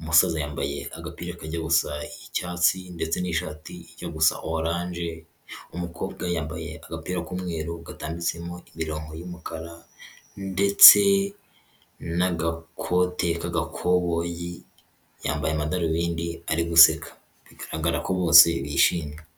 Umusaza yambaye agapira kajya gusa icyatsi ndetse n'ishati ijya gusa orange, umukobwa yambaye agapira k'umweru gatambitsemo imirongo y'umukara, ndetse n'agakote k'agakoboyi, yambaye amadarubindi ari guseka. Bigaragara ko bose bishimye